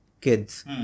kids